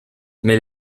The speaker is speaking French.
mais